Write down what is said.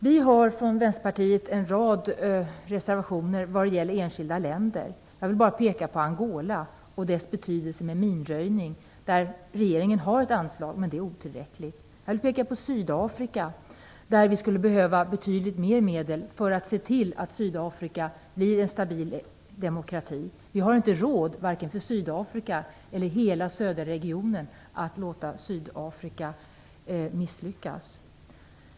Vi från Västerpartiet har en rad reservationer när det gäller enskilda länder. Jag vill bara peka på Angola och betydelsen av minröjning. Regeringen har där föreslagit ett anslag, men det är otillräckligt. Det skulle ha behövts betydligt mer medel till Sydafrika för att se till att Sydafrika blir en stabil demokrati. Varken för Sydafrikas eller för hela södra regionens skull har vi råd att låta Sydafrika misslyckas.